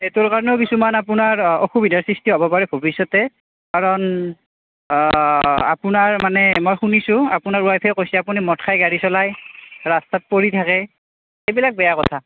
সেইটোৰ কাৰণেও কিছুমান আপোনাৰ অসুবিধা সৃষ্টি হ'ব পাৰে ভৱিষ্যতে কাৰণ আপোনাৰ মানে মই শুনিছোঁ আপোনাৰ ৱাইফে কৈছে আপুনি মদ খায় গাড়ী চলায় ৰাস্তাত পৰি থাকে এইবিলাক বেয়া কথা